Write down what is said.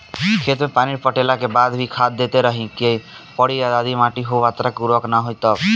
खेत मे पानी पटैला के बाद भी खाद देते रहे के पड़ी यदि माटी ओ मात्रा मे उर्वरक ना होई तब?